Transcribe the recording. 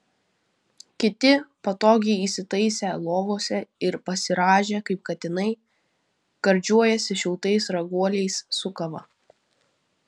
kiti patogiai įsitaisę lovose ir pasirąžę kaip katinai gardžiuojasi šiltais raguoliais su kava